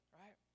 right